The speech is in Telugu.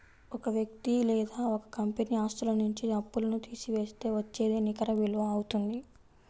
ఒక వ్యక్తి లేదా ఒక కంపెనీ ఆస్తుల నుంచి అప్పులను తీసివేస్తే వచ్చేదే నికర విలువ అవుతుంది